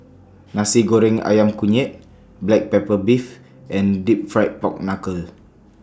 Nasi Goreng Ayam Kunyit Black Pepper Beef and Deep Fried Pork Knuckle